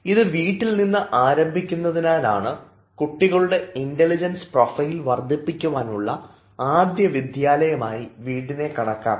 ഇത് വീട്ടിൽനിന്ന് ആരംഭിക്കുന്നതിനാലാണ് കുട്ടികളുടെ ഇൻറലിജൻസ് പ്രൊഫൈൽ വർദ്ധിപ്പിക്കുവാനുള്ള ആദ്യവിദ്യാലയമായി വീടിനെ കണക്കാക്കുന്നത്